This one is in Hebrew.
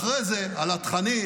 אחרי זה על התכנים,